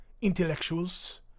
intellectuals